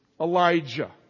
Elijah